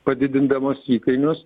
padidindamos įkainius